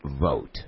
vote